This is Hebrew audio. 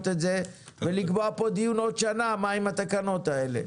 את זה ולקבוע דיון בעוד שנה מה עם התקנות האלה.